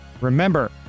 remember